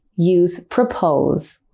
use propose.